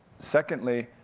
secondly,